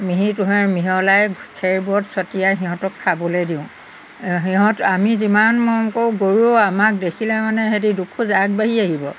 মিহি তুঁহে মিহলাই খেৰবোৰত ছটিয়াই সিহঁতক খাবলৈ দিওঁ সিহঁত আমি যিমান মৰম কৰোঁ গৰুৱেও আমাক দেখিলে মানে হেঁতি দুখোজ আগবাঢ়ি আহিব